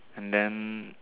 and then